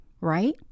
right